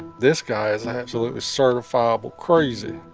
this guy is and absolutely certifiable crazy